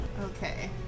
Okay